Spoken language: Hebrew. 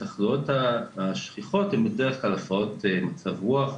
התחלואות השכיחות הן בדרך כלל הפרעות מצב רוח,